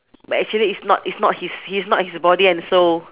but actually it's not it's not his his not his body and soul